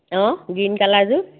অঁ গ্ৰীন কালাৰযোৰ